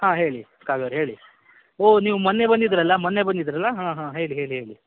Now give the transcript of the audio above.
ಹಾಂ ಹೇಳಿ ಕಾವ್ಯವ್ರೆ ಹೇಳಿ ಓ ನೀವು ಮೊನ್ನೆ ಬಂದಿದ್ರಲ್ಲ ಮೊನ್ನೆ ಬಂದಿದ್ರಲ್ಲ ಹಾಂ ಹಾಂ ಹೇಳಿ ಹೇಳಿ ಹೇಳಿ